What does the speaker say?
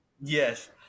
Yes